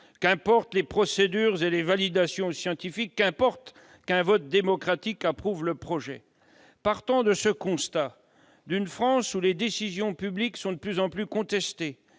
qu'importent les procédures et les validations scientifiques ; qu'importe qu'un vote démocratique approuve le projet ! Partant du constat d'une France où les décisions publiques sont de plus en plus contestées,